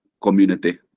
community